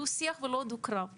מה שהתווכחו פה.